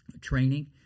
training